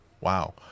Wow